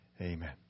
Amen